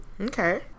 Okay